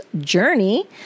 journey